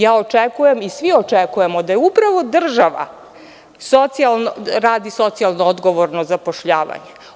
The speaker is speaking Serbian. Ja očekujem i svi očekujemo da je upravo država, socijalno i radno odgovorna za zapošljavanje.